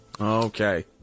Okay